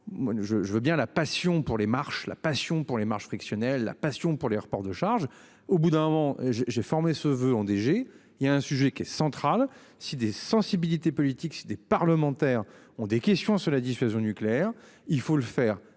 je veux bien la passion pour les marches la passion pour les marges frictionnel la passion pour les reports de charges au bout d'un moment j'ai j'ai formé ce voeu enneigé il y a un sujet qui est central. Si des sensibilités politiques des parlementaires ont des questions sur la dissuasion nucléaire, il faut le faire